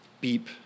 beep